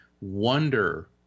wonder